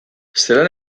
zelan